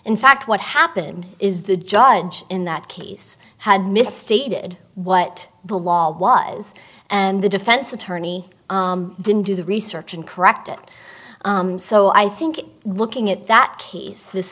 in fact what happened is the judge in that case had misstated what the law was and the defense attorney didn't do the research and correct it so i think looking at that case this